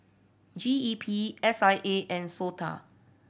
G E P S I A and SOTA